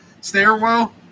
stairwell